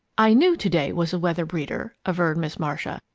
i knew to-day was a weather-breeder, averred miss marcia.